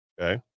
okay